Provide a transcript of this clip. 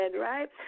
right